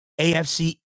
AFC